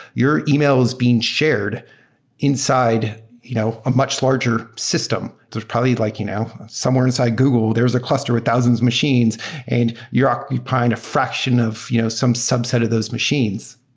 your email is being shared inside you know a much larger system. there's probably like you know somewhere inside google, there is a cluster with thousands of machines and you're occupying a fraction of you know some subset of those machines.